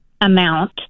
amount